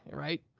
right?